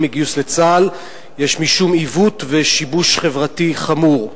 מגיוס לצה"ל יש משום עיוות ושיבוש חברתי חמור.